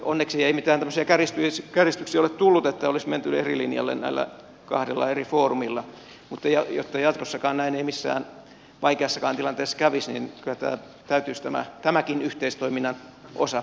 onneksi ei mitään tämmöisiä kärjistyksiä ole tullut että olisi menty eri linjoille näillä kahdella eri foorumilla mutta jotta jatkossakaan näin ei missään vaikeassakaan tilanteessa kävisi niin kyllä täytyisi tämäkin yhteistoiminnan osa